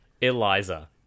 Eliza